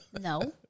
No